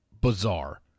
bizarre